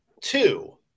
two